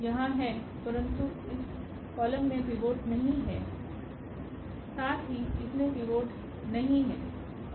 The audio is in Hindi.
तो यह पिवोट यहाँ है परन्तु इस कॉलम में पिवोट नहीं है यहाँ साथ ही इसमे पिवोट नहीं है